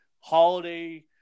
holiday